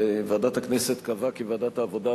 ועדת הכנסת קבעה כי ועדת העבודה,